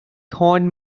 horn